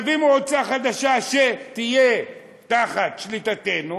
נביא מועצה חדשה שתהיה תחת שליטתנו,